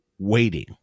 waiting